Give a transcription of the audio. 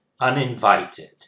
uninvited